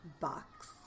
box